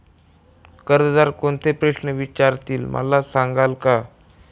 कर्जदार कोणते प्रश्न विचारतील, मला सांगाल का?